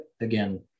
again